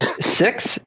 Six